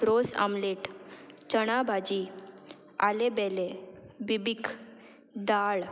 रोस आमलेट चणा भाजी आलेबेले बिबीक दाळ